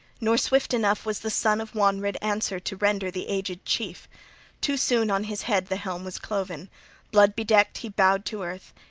nor swift enough was the son of wonred answer to render the aged chief too soon on his head the helm was cloven blood-bedecked he bowed to earth,